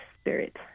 spirit